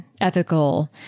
ethical